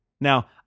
Now